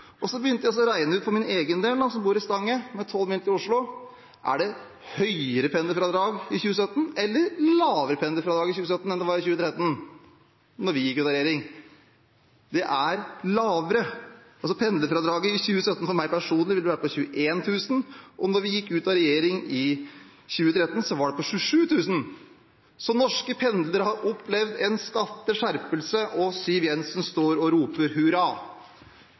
og så begynte jeg å regne ut for min egen del – jeg bor i Stange, med 12 mil til Oslo. Er det høyere eller lavere pendlerfradrag i 2017 enn det var i 2013, da vi gikk ut av regjering? Det er lavere. Pendlerfradraget i 2017 vil for meg personlig være på 21 000 kr, og da vi gikk ut av regjering i 2013, var det på 27 000 kr. Så norske pendlere har opplevd en skatteskjerpelse, og Siv Jensen står og roper